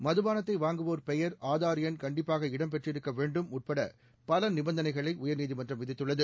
மதுபானத்தை வாங்குவோர் பெயர் ஆதார் எண் கண்டிப்பாக இடம் பெற்றிருக்க வேண்டும் உள்பட பல நிபந்தனைகளை உயர்நீதிமன்றம் விதித்துள்ளது